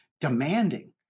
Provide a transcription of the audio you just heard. demanding